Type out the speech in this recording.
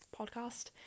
podcast